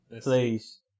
Please